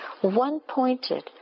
one-pointed